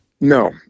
no